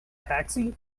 taxi